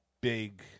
big